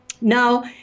Now